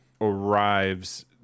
arrives